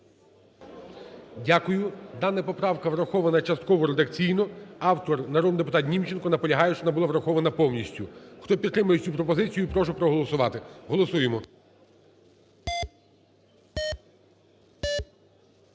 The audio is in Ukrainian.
Дякую. Дана поправка врахована частково редакційно. Автор народний депутат Німченко наполягає, щоб вона була врахована повністю. Хто підтримує цю пропозицію, прошу проголосувати. Голосуємо.